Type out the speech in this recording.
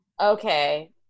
Okay